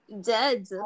Dead